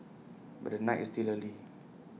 but the night is still early